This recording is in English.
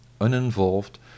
uninvolved